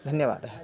धन्यवादः